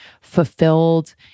fulfilled